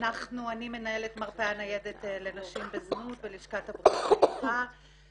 מנהלת מרפאה ניידת לנשים בזנות בלשכת --- ובעצם